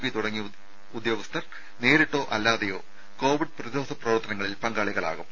P തുടങ്ങിയ ഉദ്യോഗസ്ഥർ നേരിട്ടോ അല്ലാതെയോ കോവിഡ് പ്രതിരോധ പ്രവർത്തനങ്ങളിൽ പങ്കാളികളാകും